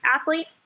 athlete